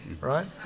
right